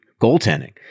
goaltending